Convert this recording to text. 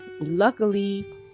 luckily